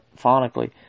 phonically